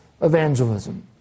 evangelism